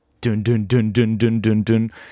Dun-dun-dun-dun-dun-dun-dun